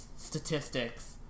statistics